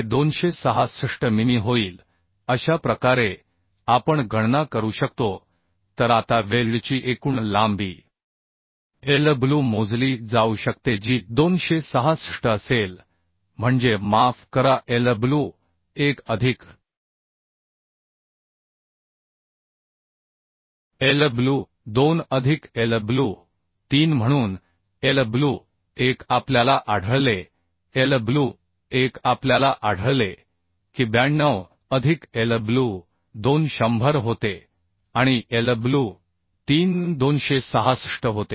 हे 266 मिमी होईल अशा प्रकारे आपण गणना करू शकतो तर आता वेल्डची एकूण लांबी Lw मोजली जाऊ शकते जी 266 असेल म्हणजे माफ करा Lw1 अधिक Lw2 अधिक Lw3 म्हणून Lw1 आपल्याला आढळले Lw1 आपल्याला आढळले की 92 अधिक Lw2 100 होते आणि Lw3 266 होते